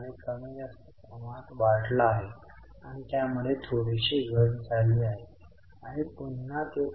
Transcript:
1000 कोठेही दिले गेले नाही परंतु आमच्याकडे दोन आकडे होते जे आपण पी आणि एल वर जाऊ